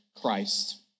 Christ